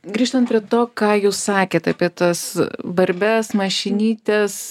grįžtant prie to ką jūs sakėt apie tas barbes mašinytes